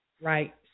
right